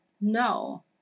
no